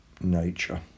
nature